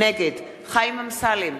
נגד חיים אמסלם,